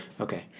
Okay